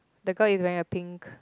the girl is wearing a pink